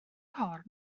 corn